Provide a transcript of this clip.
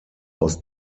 aus